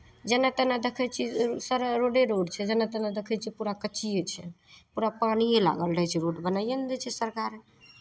जेनऽ तेनऽ देखै छियै सारा रोडे रोड छै जेनऽ तेनऽ देखै छियै पूरा कच्चिए छै पूरा पानिए लागल रहै छै रोड बनाइए नहि दै छै सरकार